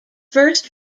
first